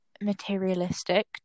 materialistic